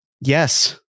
Yes